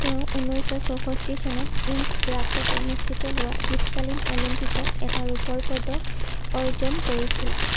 তেওঁ ঊনৈছশ চৌষষ্ঠি চনত ইনছব্ৰাকত অনুষ্ঠিত হোৱা শীতকালীন অলিম্পিকত এটা ৰূপৰ পদক অৰ্জন কৰিছিল